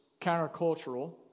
countercultural